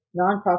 nonprofit